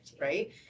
right